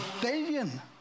billion